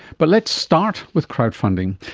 but let's start with crowdfunding.